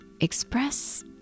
express